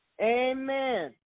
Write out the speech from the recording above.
amen